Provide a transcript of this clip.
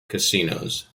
casinos